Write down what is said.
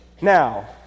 Now